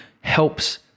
helps